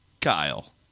Kyle